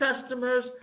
Customers